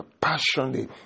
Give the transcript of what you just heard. passionately